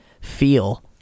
feel